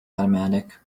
automatic